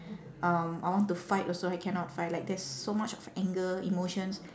um I want to fight also I cannot fight like there's so much of anger emotions